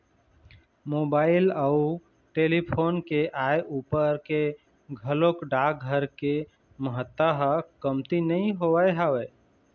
mobile अउ telephone के आय ऊपर ले घलोक डाकघर के महत्ता ह कमती नइ होय हवय